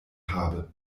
habe